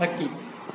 ಅಕ್ಕಿ